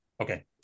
Okay